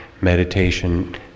meditation